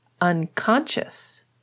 unconscious